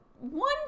one